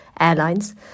airlines